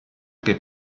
che